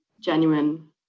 genuine